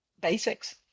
basics